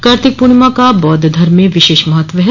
कार्तिक पूर्णिमा का बौद्ध धर्म में विशेष महत्व है